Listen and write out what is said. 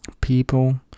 people